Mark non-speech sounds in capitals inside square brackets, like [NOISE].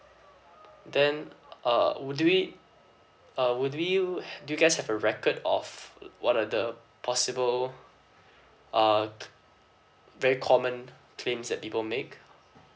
then uh would we uh would you [NOISE] you guys have a record of uh what are the possible uh very common claims that people make